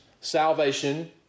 salvation